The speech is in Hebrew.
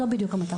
זו בדיוק המטרה.